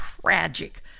tragic